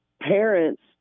Parents